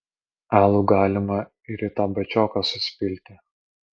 alų galima ir į tą bačioką susipilti